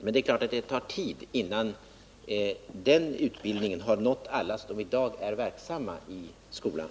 Men det är klart att det tar tid innan den utbildningen har nått alla som i dag är verksamma i skolan.